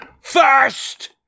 First